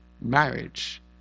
marriage